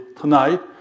tonight